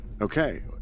Okay